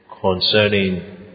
concerning